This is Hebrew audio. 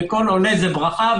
וכל עולה זו ברכה,